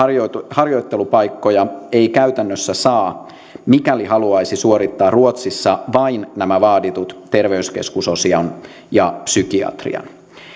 harjoittelupaikkoja ei käytännössä saa mikäli haluaisi suorittaa ruotsissa vain nämä vaaditut terveyskeskusosion ja psykiatrian